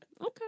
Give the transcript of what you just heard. okay